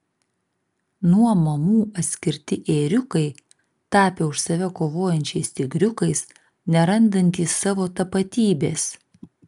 nuo mamų atskirti ėriukai tapę už save kovojančiais tigriukais nerandantys savo tapatybės